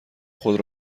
خود